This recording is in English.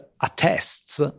attests